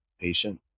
patient